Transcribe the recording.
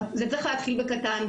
זה צריך להתחיל בקטן,